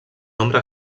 nombre